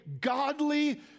godly